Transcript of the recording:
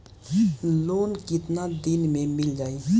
Loan कितना दिन में मिल जाई?